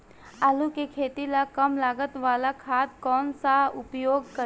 आलू के खेती ला कम लागत वाला खाद कौन सा उपयोग करी?